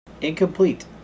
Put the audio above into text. Incomplete